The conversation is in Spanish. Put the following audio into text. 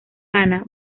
gana